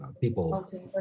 People